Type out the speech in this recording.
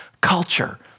culture